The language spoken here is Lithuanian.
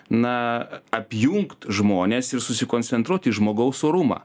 na apjungt žmones ir susikoncentruot į žmogaus orumą